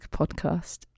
podcast